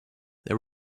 there